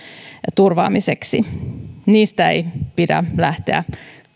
turvaamiseksi niistä ei pidä lähteä